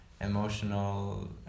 emotional